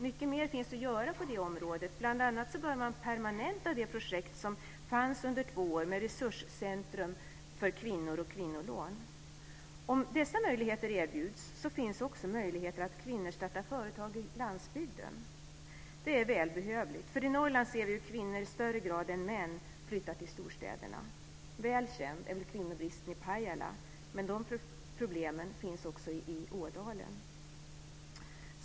Mycket mer finns att göra på det området. Bl.a. bör man permanenta det projekt som fanns under två år med resurscentrum för kvinnor och kvinnolån. Om dessa möjligheter erbjuds finns också möjlighet att kvinnor startar företag på landsbygden. Det är välbehövligt, för i Norrland ser vi hur kvinnor i högre grad än män flyttar till storstäderna. Väl känd är väl kvinnobristen i Pajala, men de problemen finns också i Ådalen.